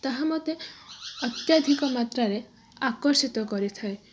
ତାହା ମୋତେ ଅତ୍ୟଧିକ ମାତ୍ରାରେ ଆକର୍ଷିତ କରିଥାଏ